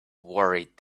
worried